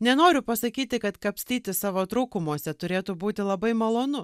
nenoriu pasakyti kad kapstyti savo trūkumuose turėtų būti labai malonu